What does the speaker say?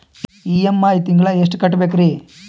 EMI ತಿಂಗಳ ಎಷ್ಟು ಕಟ್ಬಕ್ರೀ?